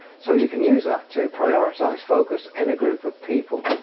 so you can use that to prioritize focus in a group of people.